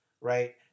right